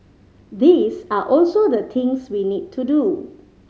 these are also the things we need to do